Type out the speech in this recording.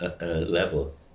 level